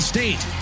State